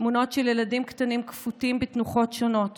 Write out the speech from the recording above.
תמונות של ילדים קטנים כפותים בתנוחות שונות